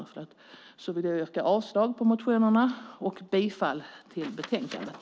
Jag vill yrka avslag på motionerna och bifall till förslaget i betänkandet.